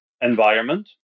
environment